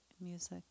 music